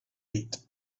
eat